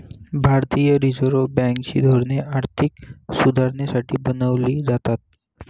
भारतीय reserve bank ची धोरणे आर्थिक सुधारणेसाठी बनवली जातात